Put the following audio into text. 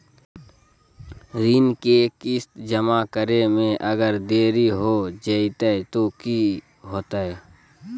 ऋण के किस्त जमा करे में अगर देरी हो जैतै तो कि होतैय?